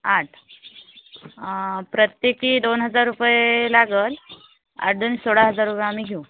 आठ प्रत्येकी दोन हजार रुपये लागेल आठ दुणे सोळा हजार रुपये आम्ही घेऊ